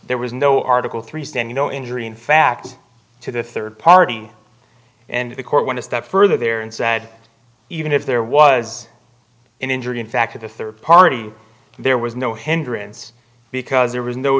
there was no article three stand you know injury in fact to the third party and the court went a step further there and said even if there was an injury in fact of the third party there was no hindrance because there was no